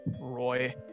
Roy